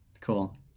cool